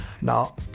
Now